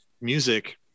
music